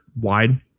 wide